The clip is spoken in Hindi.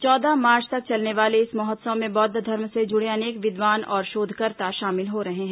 चौदह मार्च तक चलने वाले इस महोत्सव में बौद्व धर्म से जुड़े अनेक विद्वान और शोधकर्ता शामिल हो रहे हैं